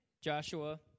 Joshua